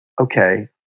okay